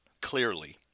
clearly